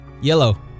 yellow